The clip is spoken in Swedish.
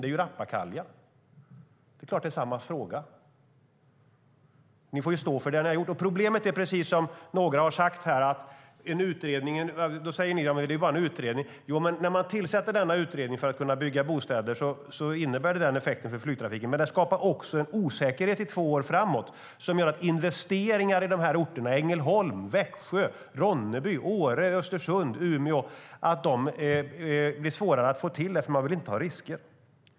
Det är rappakalja. Det är klart att det är samma fråga. Ni får stå för det ni har gjort. Då säger ni att det ju bara är en utredning. Problemet är att när man tillsätter denna utredning för att kunna bygga bostäder så får det den effekten för flygtrafiken att det skapar en osäkerhet i två år framåt. Investeringar i de här orterna - Ängelholm, Växjö, Ronneby, Åre, Östersund, Umeå - blir svårare att få till, därför att man inte vill ta risker.